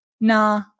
nah